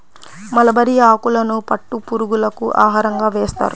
mulberry ఆకులను పట్టు పురుగులకు ఆహారంగా వేస్తారు